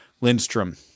Lindstrom